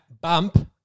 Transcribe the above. Bump